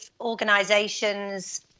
organisations